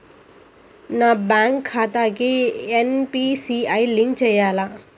నా బ్యాంక్ ఖాతాకి NPCI link చేయాలా?